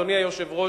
אדוני היושב-ראש,